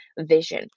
vision